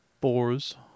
boars